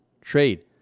trade